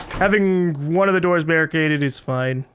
having one of the doors barricaded is fine.